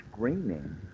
screaming